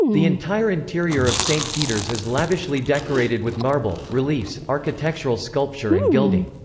the entire interior of st. peter's is lavishly decorated with marble, reliefs, architectural sculpture and gilding.